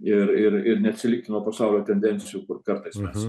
ir ir ir neatsilikti nuo pasaulio tendencijų kur kartais mes